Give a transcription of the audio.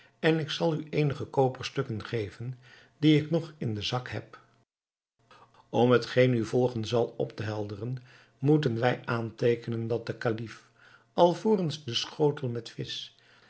en ik zal u eenige koperstukken geven die ik nog in den zak heb om hetgeen nu volgen zal op te helderen moeten wij aanteekenen dat de kalif alvorens den schotel met visch